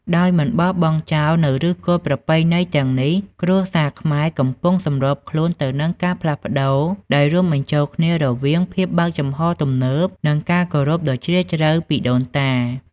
ដោយមិនបោះបង់ចោលនូវឫសគល់ប្រពៃណីទាំងនេះ គ្រួសារខ្មែរកំពុងសម្របខ្លួនទៅនឹងការផ្លាស់ប្តូរ ដោយរួមបញ្ចូលគ្នារវាងភាពបើកចំហរទំនើប និងការគោរពដ៏ជ្រាលជ្រៅពីដូនតា។